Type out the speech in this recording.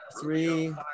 Three